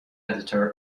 editor